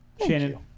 Shannon